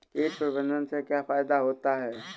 कीट प्रबंधन से क्या फायदा होता है?